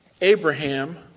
Abraham